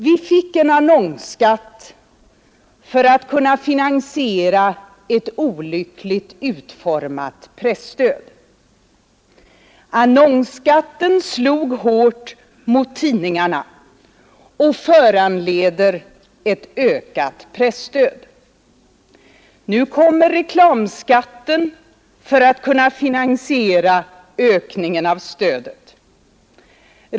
Vi fick en annonsskatt för att kunna finansiera ett olyckligt utformat presstöd. Annonsskatten slog hårt mot tidningarna och föranleder ett ökat presstöd. Nu kommer reklamskatten för att finansiera ökningen av stödet.